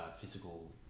physical